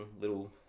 little